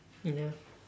and ya